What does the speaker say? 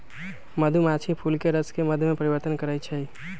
मधुमाछी फूलके रसके मध में परिवर्तन करछइ